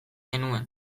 genuen